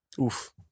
Oof